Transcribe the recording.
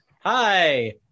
Hi